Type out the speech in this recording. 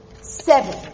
seven